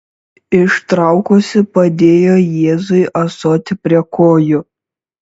ištraukusi padėjo jėzui ąsotį prie kojų